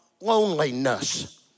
loneliness